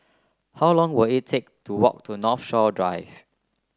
how long will it take to walk to Northshore Drive